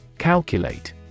Calculate